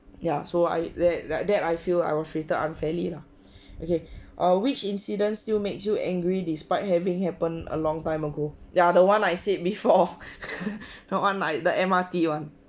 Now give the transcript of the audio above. ya so I that that I feel I was treated unfairly lah okay err which incidents still makes you angry despite having happened a long time ago ya the one I said before the one I the M_R_T one